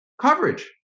coverage